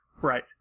Right